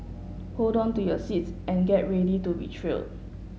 hold on to your seats and get ready to be thrill